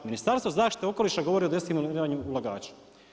Ministarstvo zaštite okoliša govorio o destimuliranju ulagača.